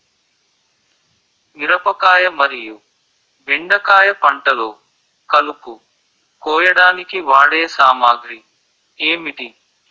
మిరపకాయ మరియు బెండకాయ పంటలో కలుపు కోయడానికి వాడే సామాగ్రి ఏమిటి?